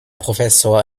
professor